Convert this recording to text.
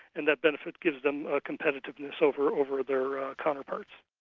and that benefit gives them ah competitiveness over over their counterparts.